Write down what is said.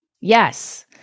Yes